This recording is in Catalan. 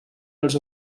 els